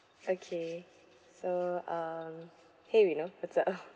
okay so um !hey! wino what's up